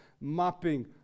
mapping